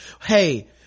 hey